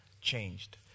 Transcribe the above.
changed